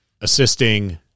assisting